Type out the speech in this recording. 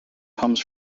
comes